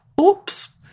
Oops